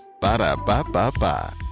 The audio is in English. Ba-da-ba-ba-ba